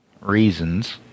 Reasons